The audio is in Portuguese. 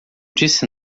disse